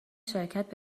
شرکت